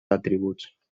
atributs